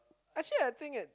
actually I think it